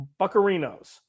buccarinos